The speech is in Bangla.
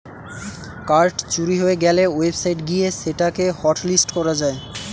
কার্ড চুরি হয়ে গ্যালে ওয়েবসাইট গিয়ে সেটা কে হটলিস্ট করা যায়